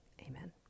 Amen